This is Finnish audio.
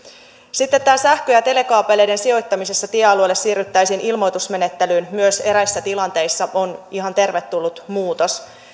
sitten myös tämä että sähkö ja telekaapeleiden sijoittamisessa tiealueelle siirryttäisiin ilmoitusmenettelyyn eräissä tilanteissa on ihan tervetullut muutos